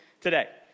today